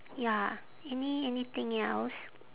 ya any~ anything else